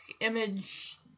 image